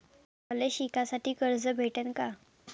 मले शिकासाठी कर्ज भेटन का?